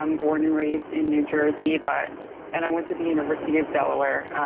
um born and raised in new jersey but and i went to the university of delaware.